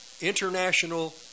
international